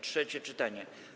Trzecie czytanie.